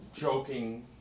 joking